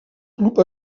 club